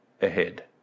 Ahead